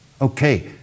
Okay